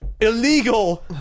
illegal